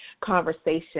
conversation